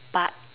but